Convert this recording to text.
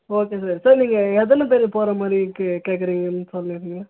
okay sir sir நீங்கள் எத்தனை பேர் போகற மாதிரி கேட்குறிங்கன்னு சொல்லிருங்க